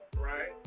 right